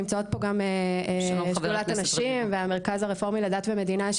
ונמצאות פה גם משדולת הנשים ומהמרכז הרפורמי לדת ומדינה,